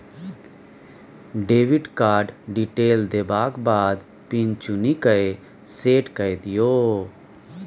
debit card detail देबाक बाद PIN चुनि कए सेट कए दियौ